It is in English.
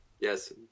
Yes